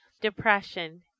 depression